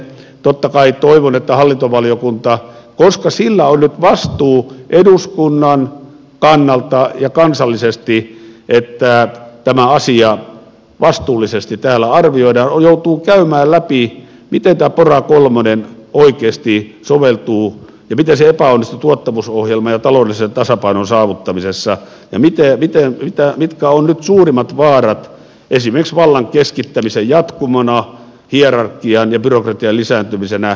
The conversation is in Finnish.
totta kai toivon että hallintovaliokunta koska sillä on nyt vastuu eduskunnan kannalta ja kansallisesti siinä että tämä asia vastuullisesti täällä arvioidaan joutuu käymään läpi miten tämä pora kolmonen oikeasti soveltuu ja miten se epäonnistui tuottavuusohjelman ja taloudellisen tasapainon saavuttamisessa ja mitkä ovat nyt suurimmat vaarat esimerkiksi vallan keskittämisen jatkumona hierarkian ja byrokratian lisääntymisenä